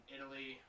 Italy